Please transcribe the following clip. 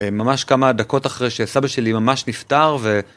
ממש כמה דקות אחרי שסבא שלי ממש נפטר ו...